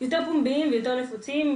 יותר פומביים ויותר נפוצים,